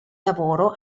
lavoro